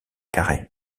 carrés